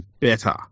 better